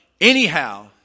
anyhow